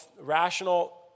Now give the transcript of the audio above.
rational